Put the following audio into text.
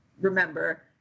remember